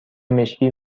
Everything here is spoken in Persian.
مشکی